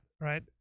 right